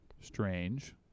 strange